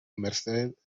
merced